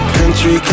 Country